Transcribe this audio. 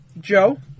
Joe